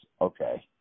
okay